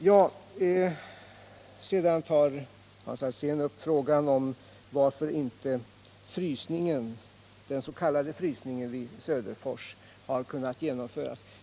Hans Alsén tog sedan upp frågan om varför inte den s.k. frysningen vid Söderfors har kunnat genomföras.